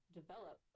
develop